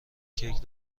کیک